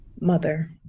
Mother